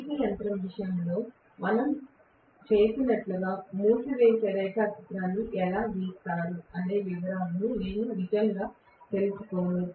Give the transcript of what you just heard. DC యంత్రం విషయంలో మనం చేసినట్లుగా మూసివేసే రేఖాచిత్రం ఎలా గీస్తారు అనే వివరాలను నేను నిజంగా తెలుసుకోను